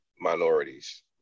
minorities